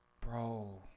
Bro